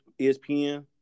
ESPN